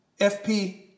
FP